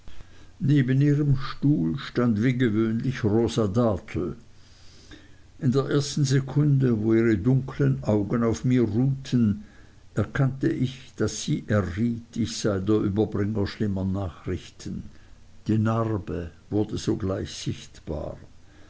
neben ihrem stuhl stand wie gewöhnlich rosa dartle in der ersten sekunde wo ihre dunkeln augen auf mir ruhten erkannte ich daß sie erriet ich sei der überbringer schlimmer nachrichten die narbe wurde sogleich sichtbar